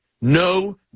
no